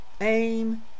aim